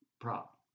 prop